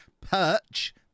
perch